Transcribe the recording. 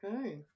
Okay